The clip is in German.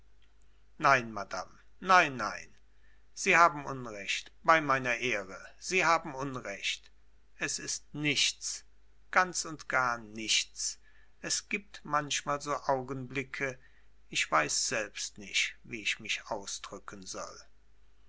nein madame nein nein sie haben unrecht bei meiner ehre sie haben unrecht es ist nichts ganz und gar nichts es gibt manchmal so augenblicke ich weiß selbst nicht wie ich mich ausdrücken soll